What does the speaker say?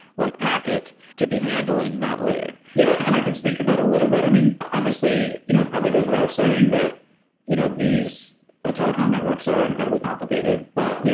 like packet, to be handling that later yeah, and i can speak about a little bit. i mean, obviously, you know it probably goes without saying that you know these ah telecom networks are incredibly complicated. but,